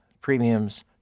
premiums